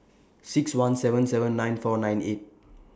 six one seven seven nine four nine eight